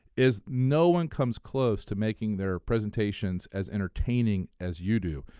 is no one comes close to making their presentations as entertaining as you do.